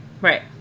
Right